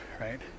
right